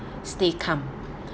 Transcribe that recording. stay calm